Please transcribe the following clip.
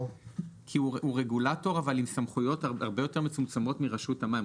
כי הוא רגולטור אבל עם סמכויות הרבה יותר מצומצמות מרשות המים.